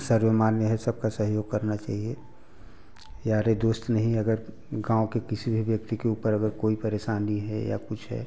सर्वमान्य है सब का सहयोग करना चाहिए यारी दोस्त नहीं अगर गाँव के किसी भी व्यक्ति के ऊपर अगर कोई परेशानी है या कुछ है